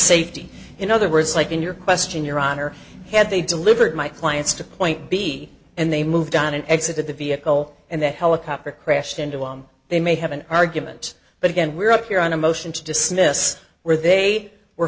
safety in other words like in your question your honor had they delivered my clients to point b and they moved on and exited the vehicle and the helicopter crashed into and they may have an argument but again we're up here on a motion to dismiss where they were